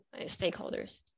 stakeholders